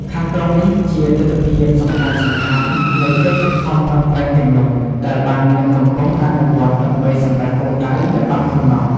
ខាងក្រោមនេះជាទិដ្ឋភាពសំខាន់ៗនៃ កិច្ចខិតខំប្រឹងប្រែងទាំងនោះ ដែលបាននិងកំពុងអនុវត្តដើម្បីសម្រេចគោលដៅដែលបានកំណត់។